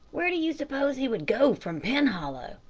where do you suppose he would go from penhollow?